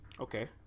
Okay